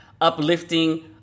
uplifting